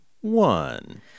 one